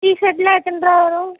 டிசர்டெலாம் எத்தனை ருபா வரும்